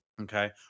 Okay